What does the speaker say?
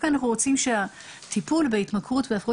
אנחנו רוצים שהטיפול בהתמכרות והפרעת